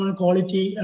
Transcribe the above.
quality